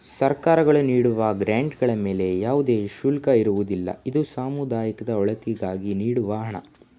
ಸರ್ಕಾರಗಳು ನೀಡುವ ಗ್ರಾಂಡ್ ಗಳ ಮೇಲೆ ಯಾವುದೇ ಶುಲ್ಕ ಇರುವುದಿಲ್ಲ, ಇದು ಸಮುದಾಯದ ಒಳಿತಿಗಾಗಿ ನೀಡುವ ಹಣ